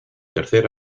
tercer